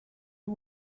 you